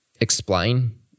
explain